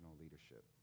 leadership